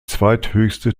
zweithöchste